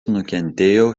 nukentėjo